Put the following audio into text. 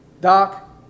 Doc